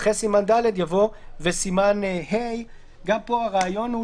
אחרי "סימן ד'" יבוא "וסימן ה'"." הרעיון פה הוא